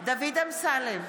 דוד אמסלם,